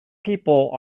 people